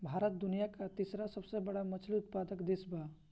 भारत दुनिया का तीसरा सबसे बड़ा मछली उत्पादक देश बा